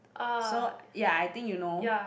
so ya I think you know